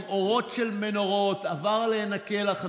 אלה אורות של מנורות שאבד עליהן כלח.